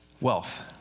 wealth